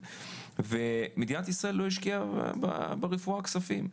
ומדינת ישראל לא השקיעה ברפואה כספים.